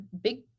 big